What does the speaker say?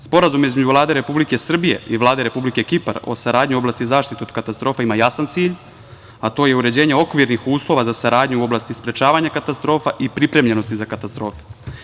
Sporazum između Vlade Republike Srbije i Vlade Republike Kipar o saradnji u oblasti zaštite o katastrofa ima jasan cilj, a to je uređenje okvirnih uslova za saradnju u oblasti sprečavanja katastrofa i pripremljenosti za katastrofe.